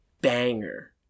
banger